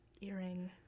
Earring